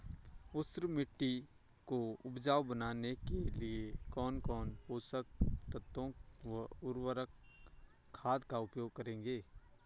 ऊसर मिट्टी को उपजाऊ बनाने के लिए कौन कौन पोषक तत्वों व उर्वरक खाद का उपयोग करेंगे?